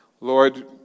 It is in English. Lord